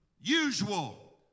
usual